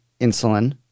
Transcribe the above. insulin